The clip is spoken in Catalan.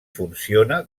funciona